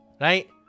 Right